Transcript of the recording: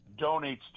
donates